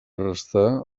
restà